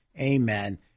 Amen